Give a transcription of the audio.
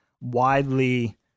widely